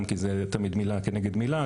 גם כי זה תמיד מילה כנגד מילה.